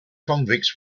convicts